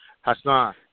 Hassan